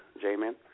J-man